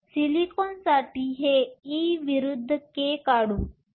तर सिलिकॉनसाठी हे e विरुद्ध k काढू